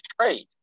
trade